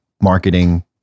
marketing